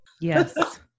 yes